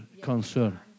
concern